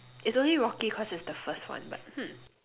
it's only rocky cause it's the first one but hmm